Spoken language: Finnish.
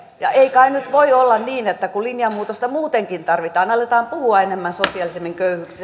ja ei kai nyt voi olla niin että kun linjanmuutosta muutenkin tarvitaan ja aletaan puhua sosiaalisemmin